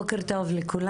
בוקר טוב לכולם,